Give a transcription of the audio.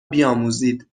بیاموزید